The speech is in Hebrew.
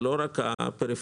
זה לא רק הפריפריה.